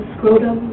Scrotum